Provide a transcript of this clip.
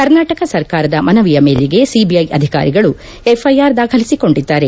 ಕರ್ನಾಟಕ ಸರ್ಕಾರದ ಮನವಿಯ ಮೇರೆಗೆ ಸಿಬಿಐ ಅಧಿಕಾರಿಗಳು ಎಫ್ಐಆರ್ ದಾಖಲಿಸಿಕೊಂಡಿದ್ದಾರೆ